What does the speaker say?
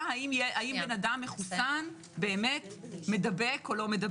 השאלה האם אדם מחוסן מדבק או לא,